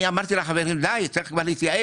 אני אמרתי לחברים: די, צריך כבר להתייאש.